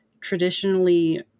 traditionally